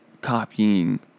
copying